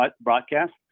broadcast